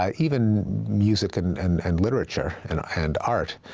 um even music and and and literature and and art,